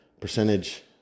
percentage